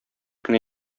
кенә